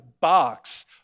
box